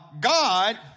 God